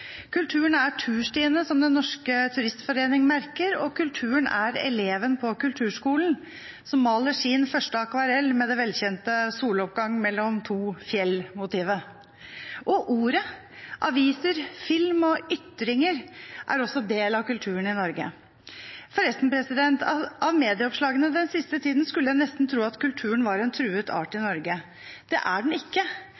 Kulturen er turstiene som Den Norske Turistforening merker, og kulturen er eleven på kulturskolen som maler sin første akvarell med det velkjente soloppgang-mellom-to-fjell-motivet. Og ordet – aviser, film og ytringer – er også del av kulturen i Norge. Forresten, av medieoppslagene den siste tiden skulle en nesten tro at kulturen i Norge var en truet art. Det er den ikke. Kulturen lever og blomstrer i